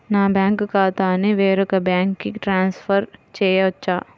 నా బ్యాంక్ ఖాతాని వేరొక బ్యాంక్కి ట్రాన్స్ఫర్ చేయొచ్చా?